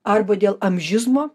arba dėl amžizmo